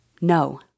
no